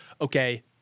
okay